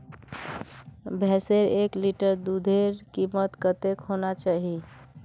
भैंसेर एक लीटर दूधेर कीमत कतेक होना चही?